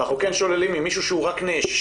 אבל אנחנו כן שוללים ממישהו שהוא רק נאשם